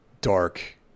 dark